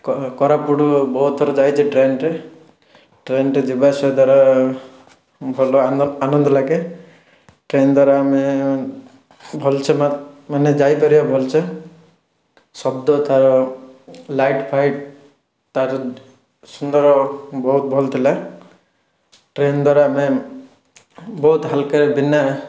କୋରାପୁଟ ବହୁତଥର ଯାଇଛେ ଟ୍ରେନ୍ରେ ଟ୍ରେନ୍ରେ ଯିବାଆସିବା ଦ୍ଵାରା ଭଲ ଆନନ୍ଦ ଲାଗେ ଟ୍ରେନ୍ ଦ୍ଵାରା ଆମେ ଭଲସେ ମାନେ ଯାଇପାରିବା ଭଲସେ ଶବ୍ଦ ତାର ଲାଇଟ୍ଫାଇଟ୍ ତାର ସୁନ୍ଦର ବହୁତ ଭଲଥିଲା ଟ୍ରେନ୍ ଦ୍ଵାରା ଆମେ ବହୁତ ହାଲୁକାରେ ବିନା